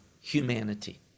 humanity